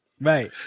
Right